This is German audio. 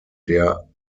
der